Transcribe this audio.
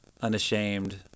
unashamed